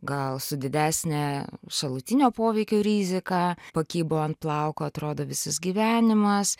gal su didesne šalutinio poveikio rizika pakibo ant plauko atrodo visas gyvenimas